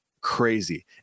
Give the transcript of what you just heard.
crazy